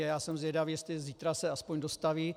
Já jsem zvědav, jestli zítra se aspoň dostaví...